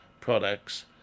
products